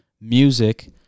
music